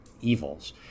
evils